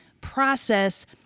process